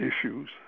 issues